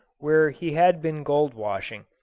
where he had been gold-washing.